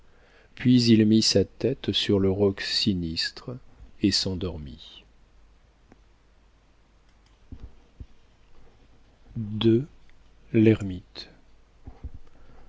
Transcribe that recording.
puis il mit sa tête sur le roc sinistre et s'endormit